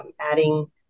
adding